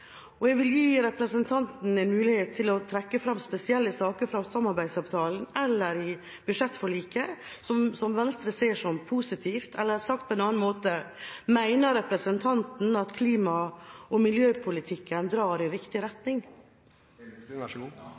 og jeg vil gi representanten en mulighet til å trekke fram spesielle saker fra samarbeidsavtalen eller i budsjettforliket som Venstre ser som positive – eller sagt på en annen måte: Mener representanten at klima- og miljøpolitikken drar i